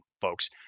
folks